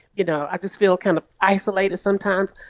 you know, i just feel kind of isolated sometimes.